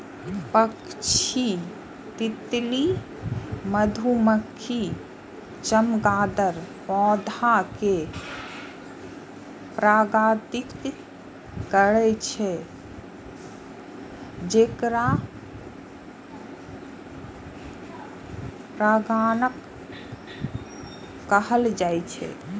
पक्षी, तितली, मधुमाछी, चमगादड़ पौधा कें परागित करै छै, जेकरा परागणक कहल जाइ छै